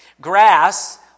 Grass